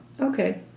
Okay